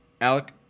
Alec